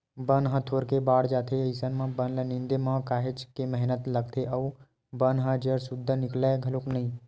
बन ह थोरको बाड़ जाथे अइसन म बन ल निंदे म काहेच के मेहनत लागथे अउ बन ह जर सुद्दा निकलय घलोक नइ